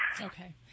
Okay